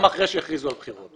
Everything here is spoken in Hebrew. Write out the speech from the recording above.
גם אחרי שהכריזו על בחירות.